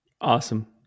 Awesome